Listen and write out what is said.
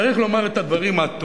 צריך לומר את הדברים עד תום.